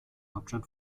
hauptstadt